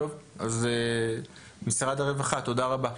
תודה רבה.